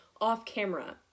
off-camera